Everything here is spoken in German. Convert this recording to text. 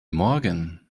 morgen